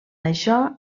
això